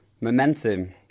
momentum